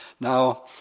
Now